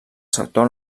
sector